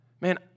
man